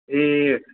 ए